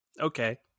okay